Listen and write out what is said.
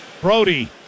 Brody